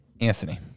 Anthony